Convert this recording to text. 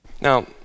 now